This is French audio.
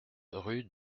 rue